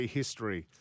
history